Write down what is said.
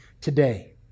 today